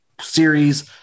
series